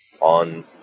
on